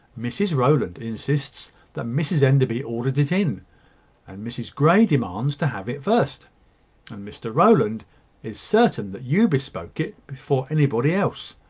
mrs rowland insists that mrs enderby ordered it in and mrs grey demands to have it first and mr rowland is certain that you bespoke it before anybody else.